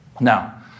Now